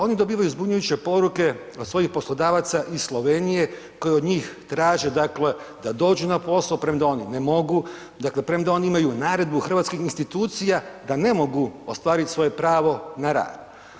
Oni dobivaju zbunjujuće poruke od svojih poslodavaca iz Slovenije koji od njih traže, dakle da dođu na posao, premda oni ne mogu, dakle premda oni imaju naredbu hrvatskih institucija da ne mogu ostvarit svoje pravo na rad.